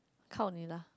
count on you lah